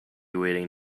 waiting